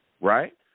right